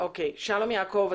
שלום יעקב,